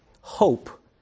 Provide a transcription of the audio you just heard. hope